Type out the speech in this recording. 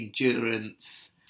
endurance